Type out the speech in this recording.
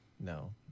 no